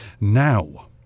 Now